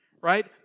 right